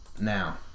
now